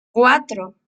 cuatro